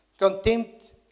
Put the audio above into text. contempt